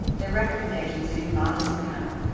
their recommendations seem modest now,